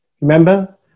Remember